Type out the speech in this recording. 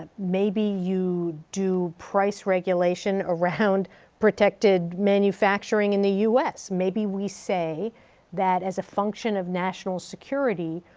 ah maybe you do price regulation around protected manufacturing in the us. maybe we say that as a function of national security,